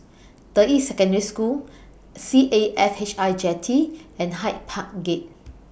Deyi Secondary School C A F H I Jetty and Hyde Park Gate